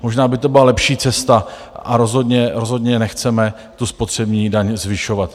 Možná by to byla lepší cesta a rozhodně nechceme tu spotřební daň zvyšovat.